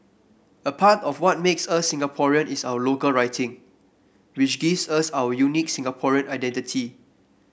a part of what makes us Singaporean is our local writing which gives us our unique Singaporean identity